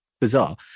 bizarre